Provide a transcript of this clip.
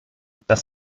das